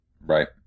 Right